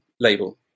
label